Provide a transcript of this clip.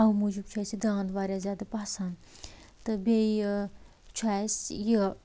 امی موٗجوٗب چھِ اسہِ یہِ داند واریاہ زیادٕ پسند تہٕ بیٚیہِ چھُ اسہِ یہِ